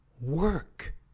Work